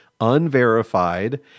unverified